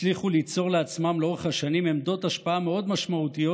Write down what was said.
הצליחו ליצור לעצמם לאורך השנים עמדות השפעה מאוד משמעותיות